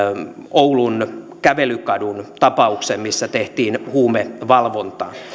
oulun kävelykadun tapauksen missä tehtiin huumevalvontaa